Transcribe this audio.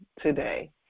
today